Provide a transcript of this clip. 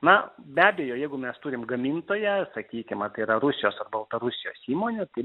na be abejo jeigu mes turim gamintoją sakykim ar tai yra rusijos ar baltarusijos įmonių tai